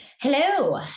Hello